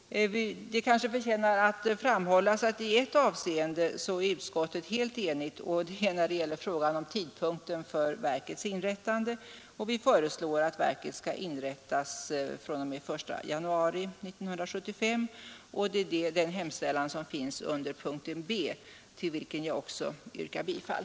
Det kanske förtjänar framhållas att utskottet i ett avseende är helt enigt; det är i fråga om tidpunkten för verkets inrättande. Vi föreslår att verket skall inrättas fr.o.m. den 1 januari 1975. Denna hemställan finns intagen under punkten B, till vilken jag också yrkar bifall.